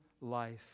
life